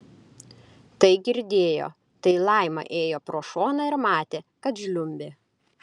tai girdėjo tai laima ėjo pro šoną ir matė kad žliumbė